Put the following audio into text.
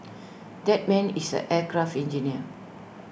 that man is an aircraft engineer